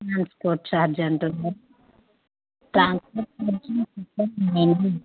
transport charge ఎంతుందో